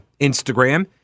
Instagram